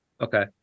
Okay